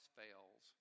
fails